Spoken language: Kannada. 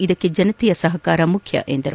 ಇದಕ್ಕೆ ಜನತೆಯ ಸಹಕಾರ ಬಹಳ ಮುಖ್ಯ ಎಂದರು